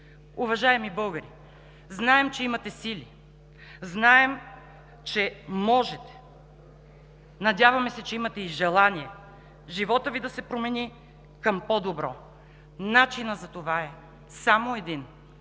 Уважаеми българи, знаем, че имате сили, знаем, че можете, надяваме се, че имате и желание животът Ви да се промени към по-добро! Начинът за това е само един: